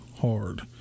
hard